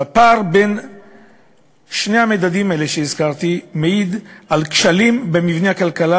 הפער בין שני המדדים האלה שהזכרתי מעיד על כשלים במבנה הכלכלה